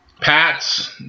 Pats